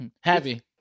Happy